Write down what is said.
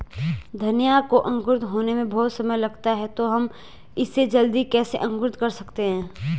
धनिया को अंकुरित होने में बहुत समय लगता है तो हम इसे जल्दी कैसे अंकुरित कर सकते हैं?